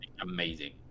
amazing